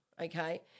Okay